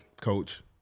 coach